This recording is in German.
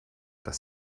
das